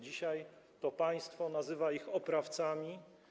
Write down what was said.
Dzisiaj to państwo nazywa ich oprawcami.